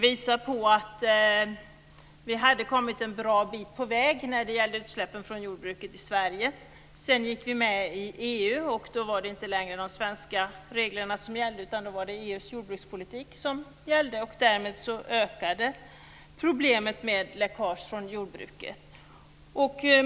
Vi hade, visar man, kommit en bra bit på väg när det gäller utsläppen från jordbruket i Sverige. Sedan gick vi med i EU, och då var det inte längre de svenska reglerna utan EU:s jordbrukspolitik som gällde. Därmed ökade problemet med läckage från jordbruket.